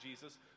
Jesus